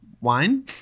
wine